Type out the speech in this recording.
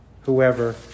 whoever